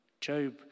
job